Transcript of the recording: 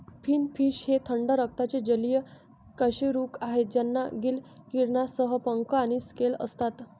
finfish हे थंड रक्ताचे जलीय कशेरुक आहेत ज्यांना गिल किरणांसह पंख आणि स्केल असतात